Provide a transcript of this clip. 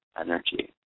energy